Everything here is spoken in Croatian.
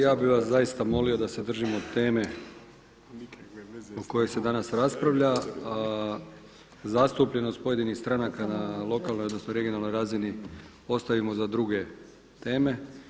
Ja bih vas zaista molio da se držimo teme o kojoj se danas raspravlja a zastupljenost pojedinih stranaka na lokalnoj odnosno regionalnoj razini ostavimo za druge teme.